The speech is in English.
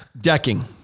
Decking